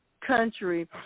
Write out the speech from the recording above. country